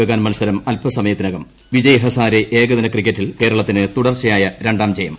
began മത്സരം പുരോഗമിക്കുന്നു വിജയ് ഹസാരെ ഏകദിന ക്രിക്കറ്റിൽ കേരളത്തിന് തുടർച്ചയായ രണ്ടാം ജയം